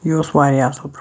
یہِ اوس واریاہ اَصل پروڈَکٹ